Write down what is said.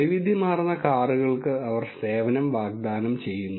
വൈവിധ്യമാർന്ന കാറുകൾക്ക് അവർ സേവനം വാഗ്ദാനം ചെയ്യുന്നു